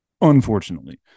unfortunately